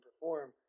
perform